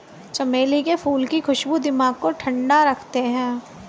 चमेली के फूल की खुशबू दिमाग को ठंडा रखते हैं